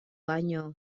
baina